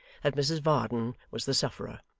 that mrs varden was the sufferer.